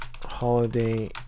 holiday